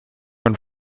and